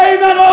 Amen